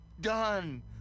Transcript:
done